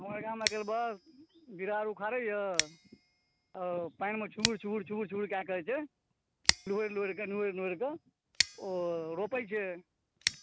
हँ एहिठाम आइ काल्हि बस विरार उखाड़ै यऽ पनिमे छूबर छूबर कए कऽ जे लुहुरि लुहुरि लुहुरि लुहुरिक ओ रोपै छै